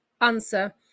answer